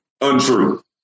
untrue